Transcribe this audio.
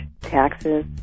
taxes